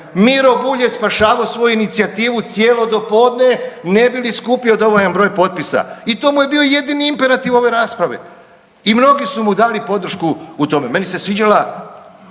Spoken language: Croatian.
Miro Bulj je spašavao svoju inicijativu cijelo do podne ne bi li skupio dovoljan broj potpisa i to mu je bio jedini imperativ u ovoj raspravi i mnogi su mu dali podršku u tome. Meni se sviđala